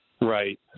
Right